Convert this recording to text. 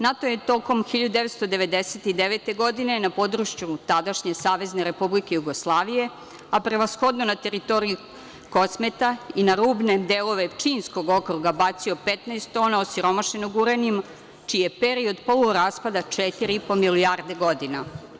NATO je tokom 1999. godine na području tadašnje SRJ, a prevashodno na teritoriji Kosmeta i na rubne delove Pčinjskog okruga bacio 15 tona osiromašenog uranijumma čiji je period polu raspada 4,5 milijarde godina.